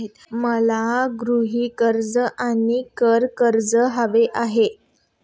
मला गृह कर्ज आणि कार कर्ज हवे आहे